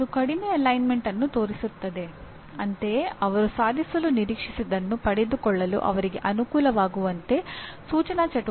ಈಗ ನಾವು ಪರಿಣಾಮ ಆಧಾರಿತ ಶಿಕ್ಷಣದ ಬಗ್ಗೆ ಮಾತನಾಡುತ್ತಿದ್ದೇವೆ